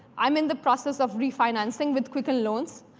i'm in the process of refinancing with quicken loans.